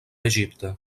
egipte